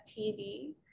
STD